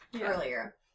earlier